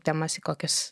temas į kokias